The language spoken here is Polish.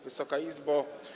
Wysoka Izbo!